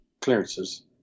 clearances